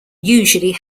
usually